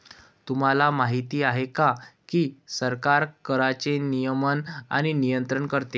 तुम्हाला माहिती आहे का की सरकार कराचे नियमन आणि नियंत्रण करते